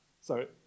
Sorry